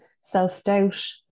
self-doubt